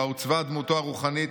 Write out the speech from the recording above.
בה עוצבה דמותו הרוחנית,